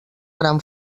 gran